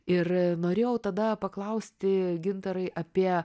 ir norėjau tada paklausti gintarai apie